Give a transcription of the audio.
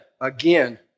again